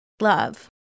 love